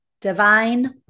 divine